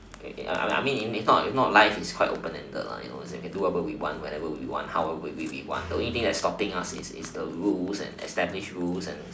I mean I mean if not life is quite a open ended like you know you can do whatever we want whenever we want however we want the only thing stopping us is the rules the established rules and